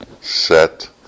set